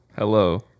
Hello